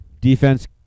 Defense